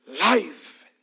life